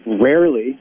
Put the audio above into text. rarely